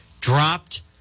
dropped